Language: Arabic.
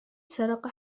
سرق